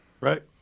right